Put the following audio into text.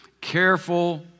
careful